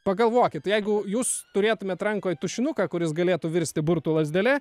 pagalvokit jeigu jūs turėtumėt rankoj tušinuką kuris galėtų virsti burtų lazdele